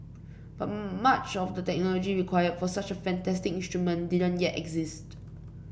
but much of the technology required for such a fantastic instrument didn't yet exist